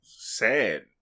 sad